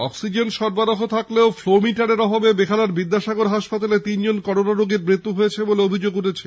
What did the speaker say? oxygen সরবরাহ থাকলেও flow মিটারের অভাবে বেহালার বিদ্যাসাগর হাসপাতালে তিন জন করোনা রোগীর মৃত্যু হয়েছে বলে অভিযোগ উঠেছে